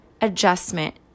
adjustment